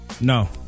No